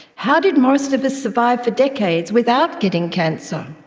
how did most of us survive for decades without getting cancer?